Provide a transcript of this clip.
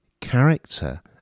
character